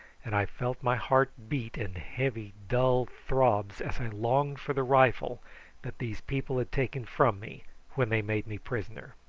and i felt my heart beat in heavy dull throbs as i longed for the rifle that these people had taken from me when they made me prisoner.